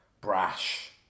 brash